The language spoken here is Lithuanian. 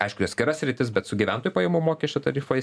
aišku atskira sritis bet su gyventojų pajamų mokesčio tarifais